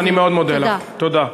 תודה.